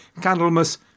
Candlemas